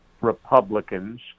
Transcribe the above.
Republicans